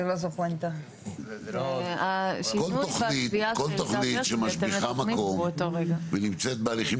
כל תוכנית שמשביחה מקום ונמצאת בתהליכים